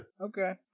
Okay